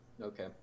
Okay